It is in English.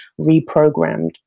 reprogrammed